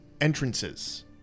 entrances